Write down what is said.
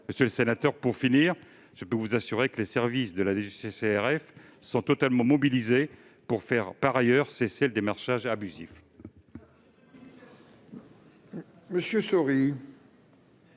Monsieur le sénateur, je peux vous assurer que les services de la DGCCRF sont totalement mobilisés pour faire, par ailleurs, cesser le démarchage abusif.